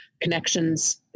connections